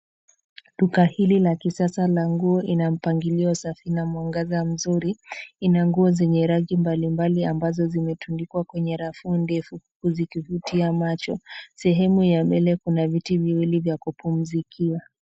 Duka hili la kisasa la nguo ina mpangilio safi na mwangaza mzuri, ina nguo zenye rangi mbalimbali ambazo zimetundikwa kwenye rafu ndefu zikivutia macho. Sehemu ya mbele kuna viti viwili vya kupumzikia.